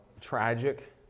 tragic